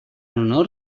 honor